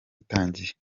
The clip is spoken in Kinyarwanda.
itangiye